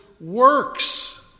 works